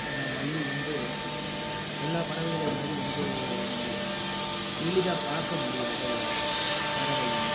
ஏன்னால் மயில் வந்து எல்லா பறவைகளையும் மாதிரி வந்து நம்ப எளிதாக பார்க்க முடியாத ஒரு பறவையினம்